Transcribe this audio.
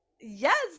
Yes